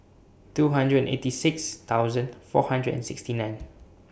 two hundred and eighty six thousand four hundred and sixty nine